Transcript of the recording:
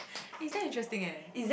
it's damn interesting eh